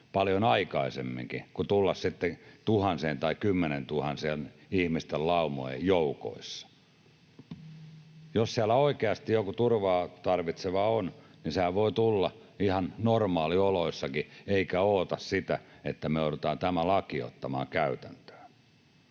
paljon aikaisemminkin kuin sitten tuhansien tai kymmenientuhansien ihmisten laumojen joukoissa. Jos siellä oikeasti joku turvaa tarvitseva on, niin hänhän voi tulla ihan normaalioloissakin eikä odottaa sitä, että me joudutaan tämä laki ottamaan käytäntöön.